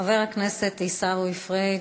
חבר הכנסת עיסאווי פריג',